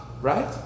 right